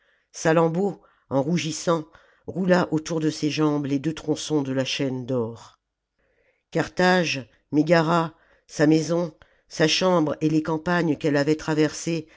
salammbô en rougissant roula autour de ses jambes les deux tronçons de la chaîne d'or carthage mégara sa maison sa chambre et les campagnes qu'elle avait traversées